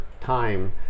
time